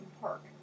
park